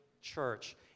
church